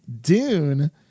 Dune